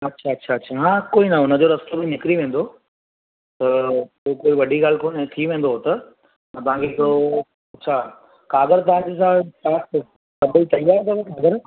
अच्छा अच्छा अच्छा हा कोई न हुनजो रस्तो बि निकरी वेंदो त कोई वॾी ॻाल्हि कोन्हे थी वेंदो उहो त मां तव्हां खे हिकु अच्छा क़ाग़र तव्हां जितां सभई तयारु अथव क़ाग़र